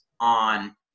on